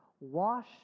Wash